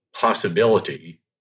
possibility